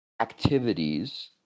activities